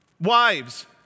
Wives